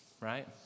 right